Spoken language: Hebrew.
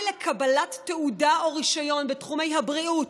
לקבלת תעודה או רישיון בתחומי הבריאות,